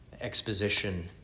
exposition